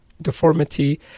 deformity